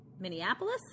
Minneapolis